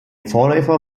vorläufer